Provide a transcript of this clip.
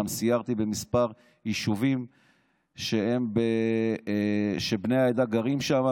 גם סיירתי בכמה יישובים שבני העדה גרים שם,